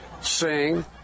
sing